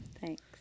thanks